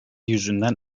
yüzünden